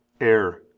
air